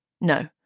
No